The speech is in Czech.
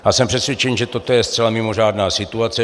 Já jsem přesvědčen, že toto je zcela mimořádná situace.